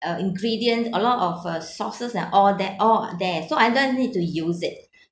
uh ingredient a lot of uh sauces and all that all there so I don't need to use it